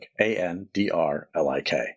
A-N-D-R-L-I-K